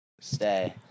stay